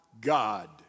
God